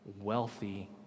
wealthy